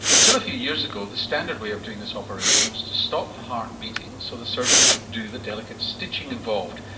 until a few years ago, the standard way of doing this operation was to stop the heart beating so the surgeon could do the delicate stitching involved,